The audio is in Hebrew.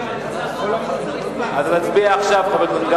אבל אתה תוכל להצביע עכשיו על החוק של חבר הכנסת דב